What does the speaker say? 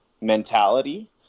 mentality